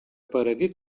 aparegué